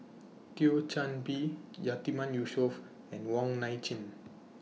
Thio Chan Bee Yatiman Yusof and Wong Nai Chin